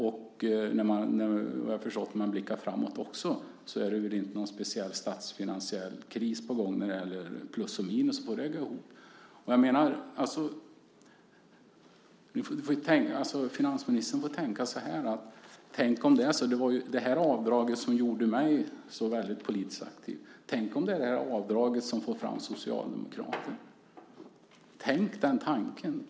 Och om vi blickar framåt är det, vad jag förstår, inte någon statsfinansiell kris på gång för att få plus och minus att gå ihop. Finansministern får tänka att det var ju det här avdraget som gjorde mig så väldigt politiskt aktiv. Tänk om det är det här avdraget som får fram Socialdemokraterna. Tänk den tanken.